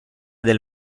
del